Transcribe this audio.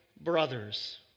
brothers